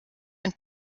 und